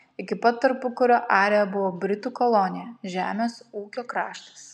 iki pat tarpukario airija buvo britų kolonija žemės ūkio kraštas